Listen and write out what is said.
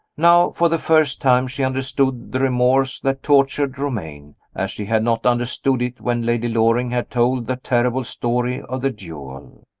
now for the first time she understood the remorse that tortured romayne, as she had not understood it when lady loring had told the terrible story of the duel.